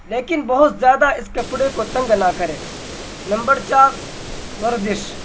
لیکن بہت زیادہ اس کپڑے کو تنگ نہ کریں نمبر چار ورزش